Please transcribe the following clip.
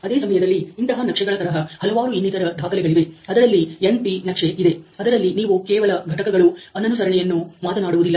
ಅದೇ ಸಮಯದಲ್ಲಿ ಇಂತಹ ನಕ್ಷೆಗಳ ತರಹ ಹಲವಾರು ಇನ್ನಿತರ ದಾಖಲೆಗಳಿವೆ ಅದರಲ್ಲಿ NP ನಕ್ಷೆ ಇದೆ ಅದರಲ್ಲಿ ನೀವು ಕೇವಲ ಘಟಕಗಳು ಅನನುಸರಣೆಯನ್ನು ಮಾತನಾಡುವದಿಲ್ಲ